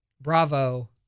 Bravo